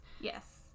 Yes